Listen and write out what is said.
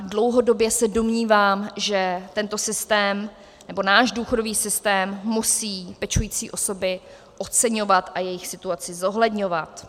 Dlouhodobě se domnívám, že tento systém, nebo náš důchodový systém, musí pečující osoby oceňovat a jejich situaci zohledňovat.